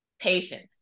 Patience